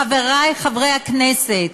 חברי חברי הכנסת,